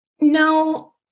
no